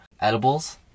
edibles